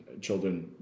children